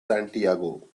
santiago